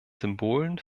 symbolen